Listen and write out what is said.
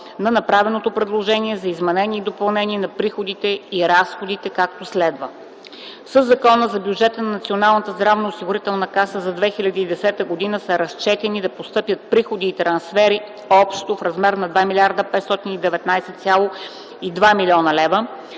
на направеното предложение за изменение и допълнение на приходите и разходите, както следва: Със Закона за бюджета на Националната здравноосигурителна каса за 2010 г. са разчетени да постъпят приходи и трансфери общо в размер на 2 519,2 млн. лв.,